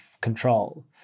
control